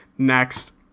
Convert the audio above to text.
Next